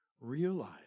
realize